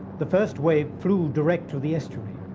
the first wave flew direct to the estuary.